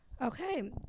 Okay